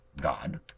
God